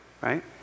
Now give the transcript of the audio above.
right